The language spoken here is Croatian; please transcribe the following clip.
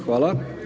Hvala.